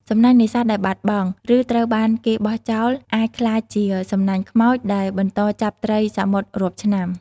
សំណាញ់នេសាទដែលបាត់បង់ ឬត្រូវបានគេបោះបង់ចោលអាចក្លាយជា សំណាញ់ខ្មោច ដែលបន្តចាប់សត្វសមុទ្ររាប់ឆ្នាំ។